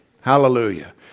Hallelujah